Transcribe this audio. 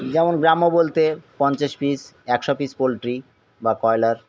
যেমন গ্রাম্য বলতে পঞ্চাশ পিস একশো পিস পোলট্রি বা ব্রয়লার